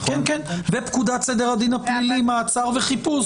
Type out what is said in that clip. ופקודת סדר הדין הפלילי (מעצר וחיפוש),